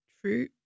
True